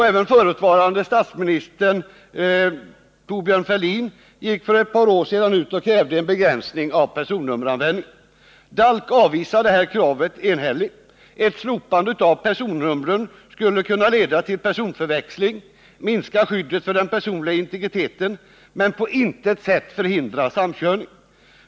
Även förutvarande statsminis'ern Thorbjörn Fälldin gick för ett par år sedan ut och krävde en begränsning av personnummeranvändningen. DALK avvisar det kravet enhälligt. Ett slopande av personnumren skulle kunna leda till personförväxling, minska skyddet för den personliga integriteten men på intet sätt förhindra samkörrning.